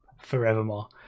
forevermore